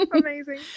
amazing